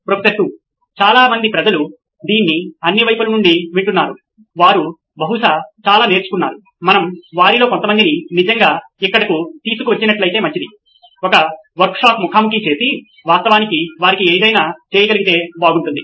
professor 2 చాలా మంది ప్రజలు దీన్ని అన్ని వైపుల నుండి వింటున్నారు వారు బహుశా చాలా నేర్చుకున్నారు మనం వారిలో కొంతమందిని నిజంగా ఇక్కడకు తీసుకువచ్చినట్లయితే మంచిది ఒక వర్క్షాప్ ముఖాముఖి చేసి వాస్తవానికి వారికి ఏదైనా చేయగలిగితే బాగుంటుంది